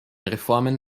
reformen